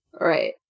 Right